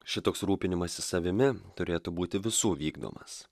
šitoks rūpinimasis savimi turėtų būti visų vykdomas